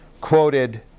quoted